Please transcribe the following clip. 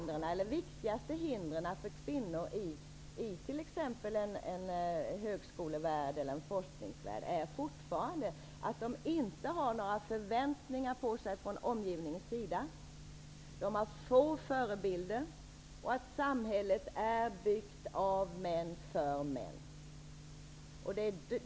De viktigaste hindren för kvinnor i t.ex. en forskningsvärld är fortfarande att de inte har några förväntningar från omgivningen på sig, att de har få förebilder och att samhället är byggt av män för män.